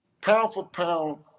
pound-for-pound